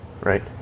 right